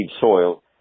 soil